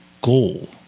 goal